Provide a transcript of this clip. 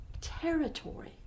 territory